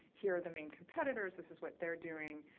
here are the main competitors, this is what they're doing.